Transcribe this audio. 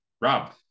Rob